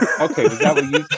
okay